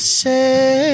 say